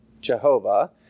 Jehovah